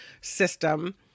system